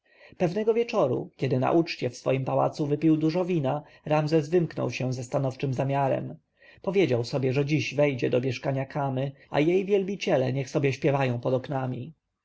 pewnego wieczora kiedy na uczcie w swoim pałacu wypił dużo wina ramzes wymknął się ze stanowczym zamiarem powiedział sobie że dzisiaj wejdzie do mieszkania kamy a jej wielbiciele niech sobie śpiewają pod oknami